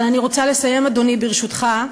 אבל אני רוצה לסיים, אדוני, ברשותך,